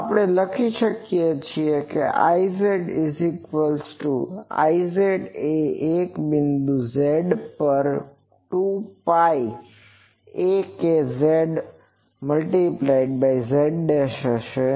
તો આપણે તે લખીએ કે Iz2πaKzz Iz એક બિંદુ z' પર 2 પાય a kzz હશે